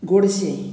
गोडशें